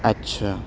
اچھا